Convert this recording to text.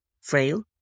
frail